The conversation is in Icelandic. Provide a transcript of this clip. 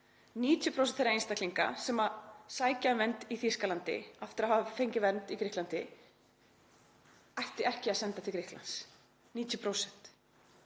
90% þeirra einstaklinga sem sækja um vernd í Þýskalandi eftir að hafa fengið vernd í Grikklandi ætti ekki að senda til Grikklands — 90%.